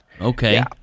okay